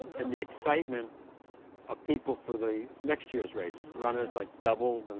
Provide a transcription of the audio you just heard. and the excitement of people for the next year's race. runners, like, doubled, and